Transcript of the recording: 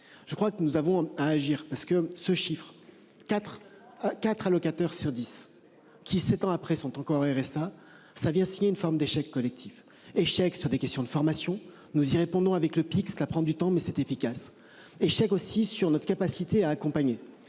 Je crois que nous avons à agir parce que ce chiffre 4. 4 allocataires sur 10 qui s'étend après sont encore RSA ça vient, si il y a une forme d'échec collectif Échec sur des questions de formation, nous y répondons avec le pic, cela prend du temps, mais c'est efficace. Échec aussi sur notre capacité à accompagner